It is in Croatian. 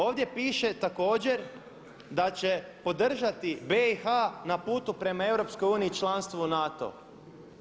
Ovdje piše također da će podržati BIH na putu prema EU članstvo u NATO-u.